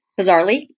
Bizarrely